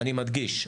אני מדגיש,